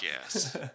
yes